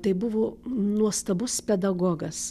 tai buvo nuostabus pedagogas